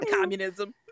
communism